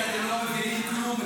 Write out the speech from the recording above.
--- אתם לא מבינים כלום,